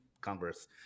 Congress